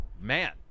man